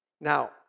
Now